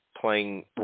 playing